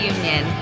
Union